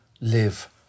live